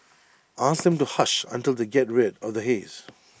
ask them to hush until they get rid of the haze